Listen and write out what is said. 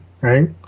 right